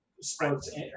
sports